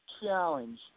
challenge